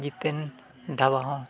ᱡᱮᱛᱮᱧ ᱰᱟᱵᱟᱣᱟ